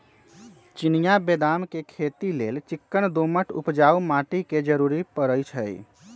चिनियाँ बेदाम के खेती लेल चिक्कन दोमट उपजाऊ माटी के जरूरी पड़इ छइ